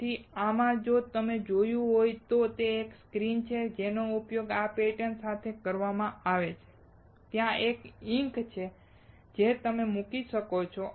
તેથી આમાં જો તમે જોયું હોય તો ત્યાં એક સ્ક્રીન છે જેનો ઉપયોગ આ પેટર્ન સાથે કરવામાં આવે છે અને ત્યાં ઇન્ક છે જે તમે મૂકી શકો છો